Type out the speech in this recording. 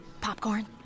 Popcorn